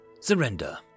Surrender